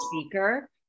speaker